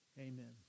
Amen